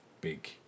big